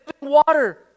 water